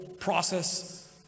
process